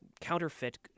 counterfeit